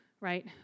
right